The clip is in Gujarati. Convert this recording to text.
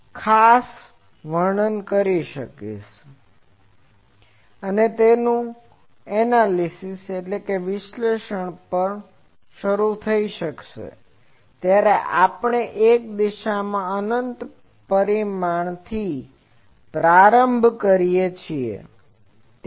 ખાસ કરીને જો તમે ખરેખર જ્યારે એન્ટેનાના ચોક્કસ ક્લાસ માટેનું વિશ્લેષણ ઘણી વખત શરૂ થાય છે ત્યારે આપણે એક દિશામાં અનંત પરિમાણથી પ્રારંભ કરીએ છીએ